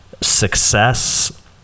Success